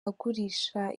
agurisha